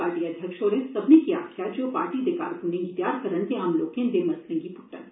party अध्यक्ष होरें सब्बने गी आक्खेआ ऐ जे ओ पाटी दे कारकूने गी तैआर करन ते आम लोकें दे मसलें गी पुट्टन